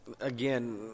Again